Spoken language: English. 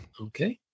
Okay